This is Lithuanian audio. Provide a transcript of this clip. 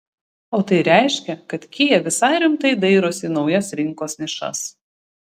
o tai reiškia kad kia visai rimtai dairosi į naujas rinkos nišas